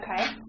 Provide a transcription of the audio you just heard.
Okay